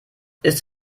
ist